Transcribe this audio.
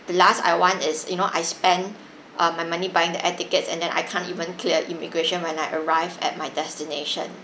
the last I want is you know I spend uh my money buying the air tickets and then I can't even clear immigration when I arrive at my destination